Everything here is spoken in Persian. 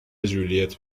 ژولیت